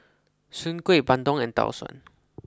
Soon Kuih Bandung and Tau Suan